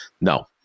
No